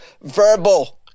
verbal